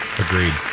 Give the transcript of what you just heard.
Agreed